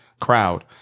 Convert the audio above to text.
crowd